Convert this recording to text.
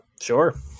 Sure